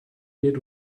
did